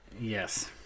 Yes